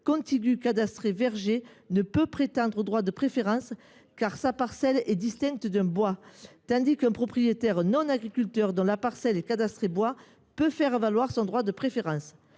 contiguë cadastrée en verger, ne peut prétendre au droit de préférence, car sa parcelle est distincte d’un bois, tandis qu’un propriétaire non agriculteur dont la parcelle est cadastrée en bois peut faire valoir son droit de préférence.